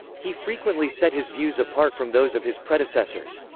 he frequently set his views apart from those of his predecessors.